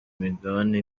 imigabane